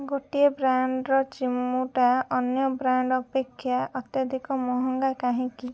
ଗୋଟିଏ ବ୍ରାଣ୍ଡ୍ର ଚିମୁଟା ଅନ୍ୟ ବ୍ରାଣ୍ଡ୍ ଅପେକ୍ଷା ଅତ୍ୟଧିକ ମହଙ୍ଗା କାହିଁକି